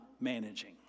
managing